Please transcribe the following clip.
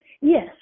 Yes